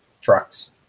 trucks